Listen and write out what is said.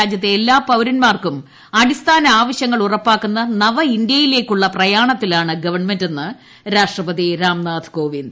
രാജ്യത്തെ എല്ലാ പൌരന്മാർക്കും അടിസ്ഥാന ആവശൃങ്ങൾ ഉറപ്പാക്കുന്ന നവ ഇന്തൃയിലേയ്ക്കുള്ള പ്രയാണത്തിലാണ് ഗവൺമെന്റെന്ന് രാഷ്ട്രപതി രാംനാഥ് കോവിന്ദ്